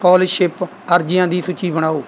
scholarship ਅਰਜੀਆਂ ਦੀ ਸੂਚੀ ਬਣਾਓ